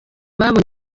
babonye